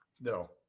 no